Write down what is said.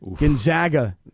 Gonzaga